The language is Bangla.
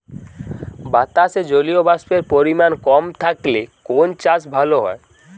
বাতাসে জলীয়বাষ্পের পরিমাণ কম থাকলে কোন চাষ ভালো হয়?